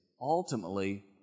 Ultimately